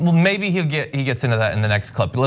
maybe he gets he gets into that in the next clip. yeah